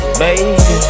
baby